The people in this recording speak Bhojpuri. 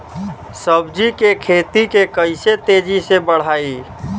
सब्जी के खेती के कइसे तेजी से बढ़ाई?